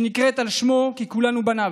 שנקראת על שמו, כי כולנו בניו,